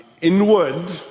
inward